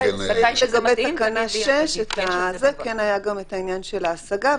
לגבי תקנה 6 כן היה גם עניין של ההשגה.